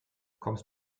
kommst